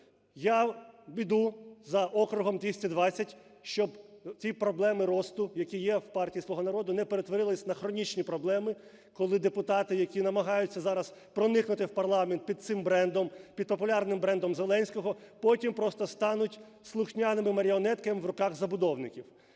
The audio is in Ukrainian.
я іду за округом 220, щоб ті проблеми росту, які є в партії "Слуга народу", не перетворились на хронічні проблеми, коли депутати, які намагаються зараз проникнути в парламент під цим брендом, під популярним брендом Зеленського, потім просто стануть слухняними маріонетками в руках забудовників.